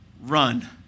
run